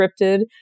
scripted